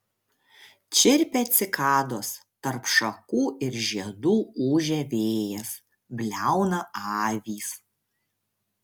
čirpia cikados tarp šakų ir žiedų ūžia vėjas bliauna avys